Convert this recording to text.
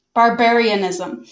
barbarianism